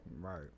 Right